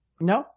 no